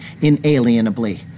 inalienably